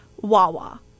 Wawa